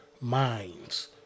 minds